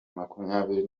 makumyabiri